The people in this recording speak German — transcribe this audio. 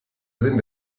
sinn